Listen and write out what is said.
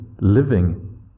living